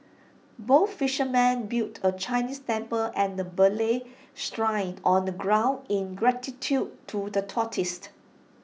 both fishermen built A Chinese temple and A Malay Shrine on the ground in gratitude to the